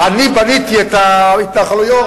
אני בניתי את ההתנחלויות.